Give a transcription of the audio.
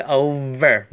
over